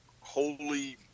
Holy